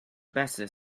better